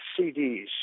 CDs